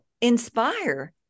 inspire